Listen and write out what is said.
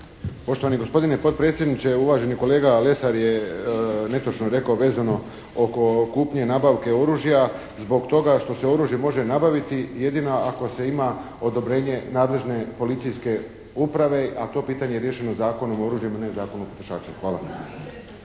Poštovani gospodine potpredsjedniče! Uvaženi kolega Lesar je netočno rekao vezano oko kupnje i nabavke oružja zbog toga što se oružje može nabaviti jedino ako se ima odobrenje nadležne Policijske uprave a to pitanje je riješeno Zakonom o oružju a ne Zakonom o potrošaču. Hvala.